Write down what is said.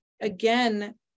again